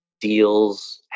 deals